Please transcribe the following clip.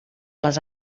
les